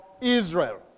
Israel